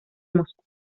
moscú